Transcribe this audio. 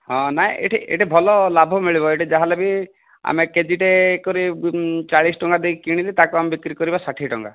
ହଁ ନାହିଁ ଏଠି ଏଠି ଭଲ ଲାଭ ମିଳିବ ଏଠି ଯାହା ହେଲ ବି ଆମେ କେଜିଟେ ଏ କରି ଚାଳିଶି ଟଙ୍କା ଦେଇ କିଣିଲେ ତାକୁ ଆମେ ବିକ୍ରି କରିବା ଷାଠିଏ ଟଙ୍କା